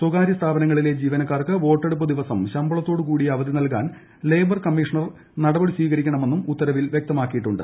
സ്വകാര്യ സ്ഥാപനങ്ങളിലെ ജീവനക്കാർക്ക് വോട്ടെടുപ്പ് ദിവസം ശമ്പളത്തോടു കൂടിയ അവധി ലഭ്യമാക്കാൻ ലേബർ കമ്മീഷണർ നടപടി സ്വീകരിക്കണമെന്നും ഉത്തരവിൽ വ്യക്തമാക്കിയിട്ടുണ്ട്